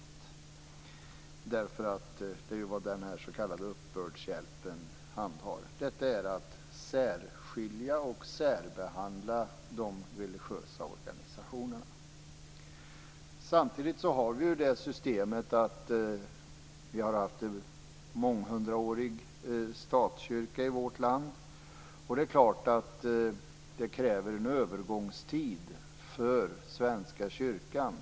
Det är ju vad den här s.k. uppbördshjälpen handlar om. Detta är att särskilja och särbehandla de religiösa organisationerna. Samtidigt har vi haft en månghundraårig statskyrka i vårt land. Det är klart att det krävs en övergångstid för Svenska kyrkan.